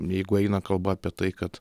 jeigu eina kalba apie tai kad